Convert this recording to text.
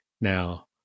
Now